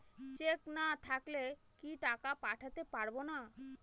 Check না থাকলে কি টাকা পাঠাতে পারবো না?